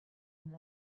and